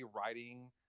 writing